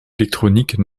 électronique